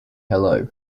hello